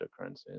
cryptocurrencies